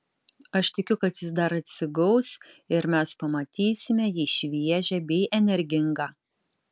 aš tikiu kad jis dar atsigaus ir mes pamatysime jį šviežią bei energingą